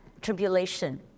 tribulation